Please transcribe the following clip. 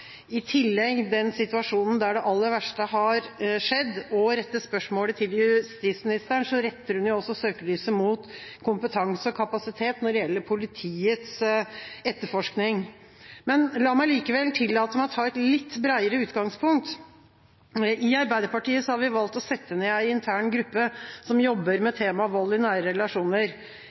i tillegg – i den situasjonen der det aller verste har skjedd, og rette spørsmålet til justisministeren, retter hun også søkelyset mot kompetanse og kapasitet når det gjelder politiets etterforskning. La meg likevel tillate meg å ta et litt bredere utgangspunkt. I Arbeiderpartiet har vi valgt å sette ned en intern gruppe som jobber med temaet «vold i nære relasjoner».